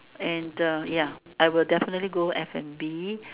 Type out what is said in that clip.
and the ya I will definitely go F and B